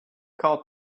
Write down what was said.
called